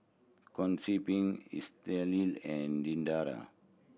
Concepcion Estell and Diandra